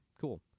cool